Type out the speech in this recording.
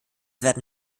werden